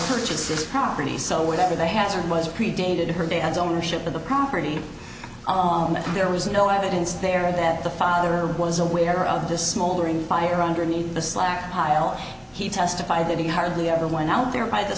purchases property so whatever the hazard was predated her dad's ownership of the property there was no evidence there that the father was aware of this smoldering fire underneath the slack pile he testified that he hardly ever went out there by the